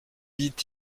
dit